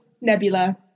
Nebula